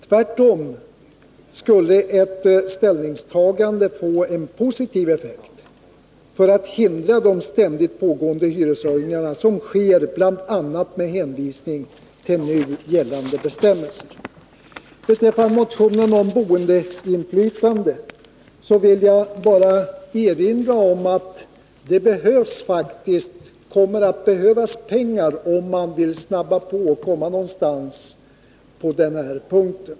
Tvärtom skulle ett ställningstagande få en positiv effekt för att hindra de ständigt pågående hyreshöjningarna, som sker bl.a. med hänvisning till nu gällande bestämmelser. Beträffande motionen om boendeinflytande vill jag bara erinra om att det faktiskt kommer att behövas pengar om man vill komma någonstans på denna punkt.